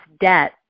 debt